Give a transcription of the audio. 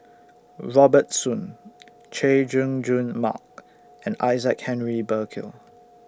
Robert Soon Chay Jung Jun Mark and Isaac Henry Burkill